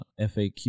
FAQ